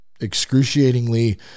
excruciatingly